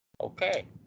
Okay